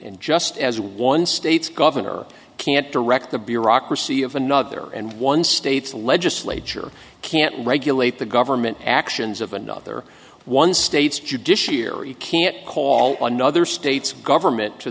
and just as one state's governor can't direct the bureaucracy of another and one state's legislature can't regulate the government actions of another one state's judiciary can't call another states government to